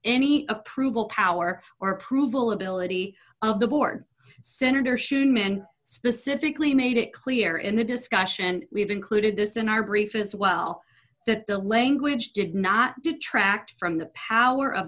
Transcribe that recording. any approval power or approval ability of the board senator schumer and specifically made it clear in the discussion we've included this in our brief as well that the language did not detract from the power of